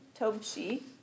Tobshi